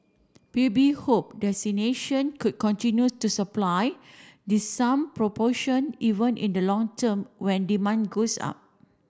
P U B hope could continue to supply the some proportion even in the long term when demand goes up